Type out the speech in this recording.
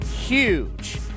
huge